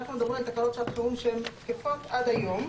אנחנו מדברים על תקנות לשעת חירום שהן תקפות עד היום.